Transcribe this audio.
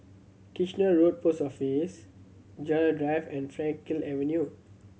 Kitchener Road Post Office Gerald Drive and Frankel Avenue